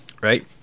right